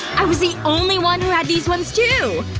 i was the only one who had these ones, too!